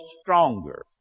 stronger